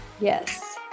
Yes